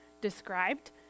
described